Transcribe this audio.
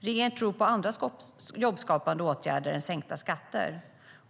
Regeringen tror på andra jobbskapande åtgärder än sänkta skatter.